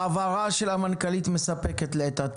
ההבהרה של המנכ"לית מספקת לעת עתה,